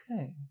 Okay